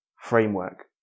framework